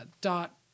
dot